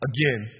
Again